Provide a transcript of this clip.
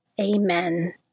Amen